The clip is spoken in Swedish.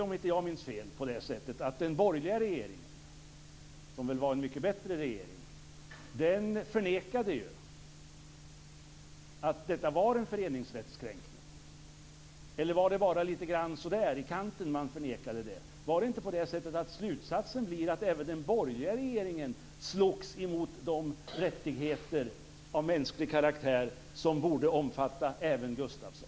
Om inte jag minns fel förnekade den borgerliga regeringen, som väl var en mycket bättre regering, att detta var en föreningsrättskränkning, eller var det bara lite grann i kanten man förnekade det? Blir inte slutsatsen att även den borgerliga regeringen slogs mot de rättigheter av mänsklig karaktär som borde omfatta även Gustafsson?